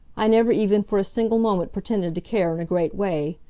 i never even for a single moment pretended to care in a great way.